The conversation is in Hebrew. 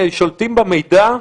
שולטים במידע?